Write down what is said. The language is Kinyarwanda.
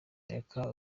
reka